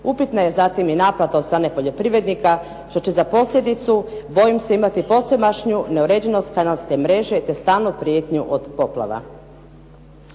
upitna je zatim i naplata od strane poljoprivrednika, što će za posljedicu bojim se imati posvemašnju neuređenost kanalske mreže te stalnu prijetnju od poplava.